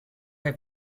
have